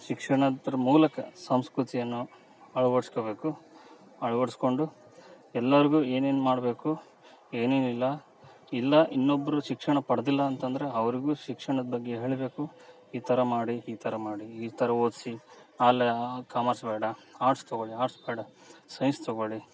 ಶಿಕ್ಷಣದ ಮೂಲಕ ಸಂಸ್ಕೃತಿಯನ್ನು ಅಳವಡಿಸ್ಕೊಬೇಕು ಅಳ್ವಡಿಸ್ಕೊಂಡು ಎಲ್ಲರ್ಗು ಏನೇನು ಮಾಡಬೇಕು ಏನೇನಿಲ್ಲ ಇಲ್ಲ ಇನ್ನೊಬ್ಬರು ಶಿಕ್ಷಣ ಪಡೆದಿಲ್ಲ ಅಂತಂದರೆ ಅವರಿಗೂ ಶಿಕ್ಷಣದ ಬಗ್ಗೆ ಹೇಳಬೇಕು ಈ ಥರ ಮಾಡಿ ಈ ಥರ ಮಾಡಿ ಈ ಥರ ಓದಿಸಿ ಆಲ್ ಕಾಮರ್ಸ್ ಬೇಡ ಆರ್ಟ್ಸ್ ತಗೋಳಿ ಆರ್ಟ್ಸ್ ಬೇಡ ಸೈನ್ಸ್ ತಗೋಳಿ